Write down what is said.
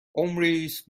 ﻋﻤﺮﯾﺴﺖ